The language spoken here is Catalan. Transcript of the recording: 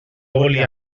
volia